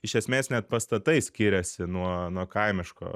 iš esmės net pastatai skiriasi nuo nuo kaimiško